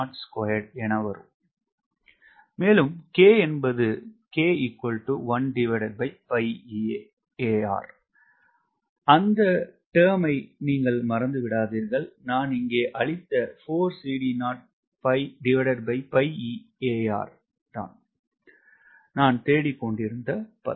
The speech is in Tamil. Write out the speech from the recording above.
K என்பது அந்த பதத்தை மறந்து விடாதீர்கள் நான் இங்கே அழித்த தான் நான் தேடிக்கொண்டிருந்த பதம்